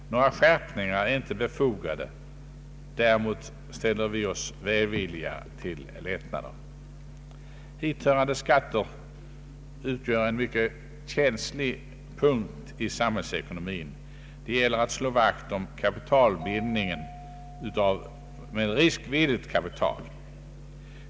Några skärpningar är inte befogade; däremot ställer vi oss välvilliga till lättnader. Hithörande skatter utgör en mycket känslig punkt i samhällsekonomin. Det gäller att slå vakt om kapitalbildningen med riskvilligt kapital.